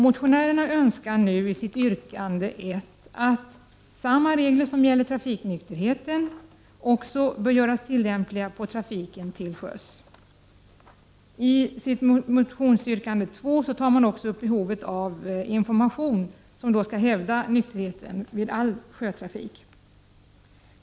Motionärerna önskar i yrkande 1 att samma regler som gäller trafiknykterheten på väg också bör göras tillämpliga på trafiken till sjöss. I motionsyrkande 2 tar man upp behovet av information som skall hävda nykterheten vid all sjötrafik.